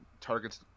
targets